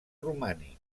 romànic